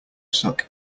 suck